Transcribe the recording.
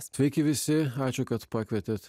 sveiki visi ačiū kad pakvietėte